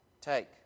Take